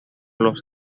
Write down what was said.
los